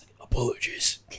apologies